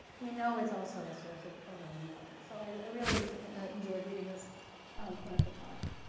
we know it's also a source of of vitamin a. so i really enjoyed reading this clinical trial.